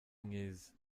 mwiza